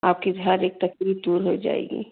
आपकी हर एक तकलीफ़ दूर हो जाएगी